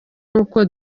n’uko